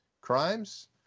crimes